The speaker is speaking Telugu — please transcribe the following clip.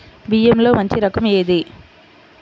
బియ్యంలో మంచి రకం ఏది?